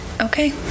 okay